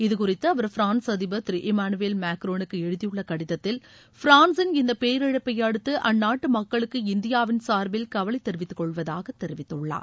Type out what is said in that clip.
இது குறித்து அவர் பிரான்ஸ் அதிபர் திரு இமானுவேல் மேக்ரானுக்கு எழுதியுள்ள கடிதத்தில் பிரான்ஸின் இந்த பேரிழப்பை அடுத்து அந்நாட்டு மக்களுக்கு இந்தியாவின் சார்பில் கவலை தெரிவித்துக்கொள்வதாக தெரிவித்துள்ளார்